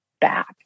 back